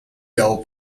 del